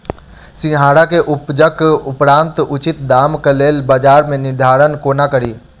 सिंघाड़ा केँ उपजक उपरांत उचित दाम केँ लेल बजार केँ निर्धारण कोना कड़ी?